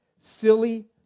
silly